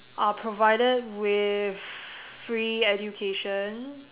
are provided with free education